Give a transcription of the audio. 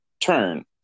turn